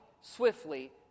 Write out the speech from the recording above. swiftly